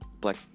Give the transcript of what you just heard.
black